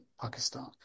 Pakistan